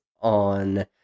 on